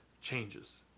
changes